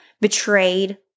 betrayed